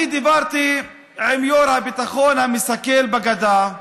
דיברתי עם יו"ר הביטחון המסכל בגדה,